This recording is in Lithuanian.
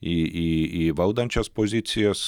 į į į valdančias pozicijas